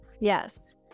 Yes